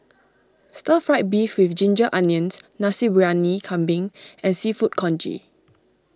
Stir Fried Beef with Ginger Onions Nasi Briyani Kambing and Seafood Congee